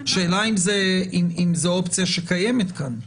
השאלה אם זו אופציה שקיימת כאן?